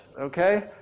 okay